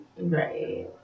right